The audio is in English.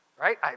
right